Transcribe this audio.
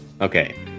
Okay